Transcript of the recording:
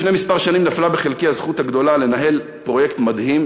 לפני כמה שנים נפלה בחלקי הזכות הגדולה לנהל פרויקט מדהים,